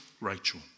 Rachel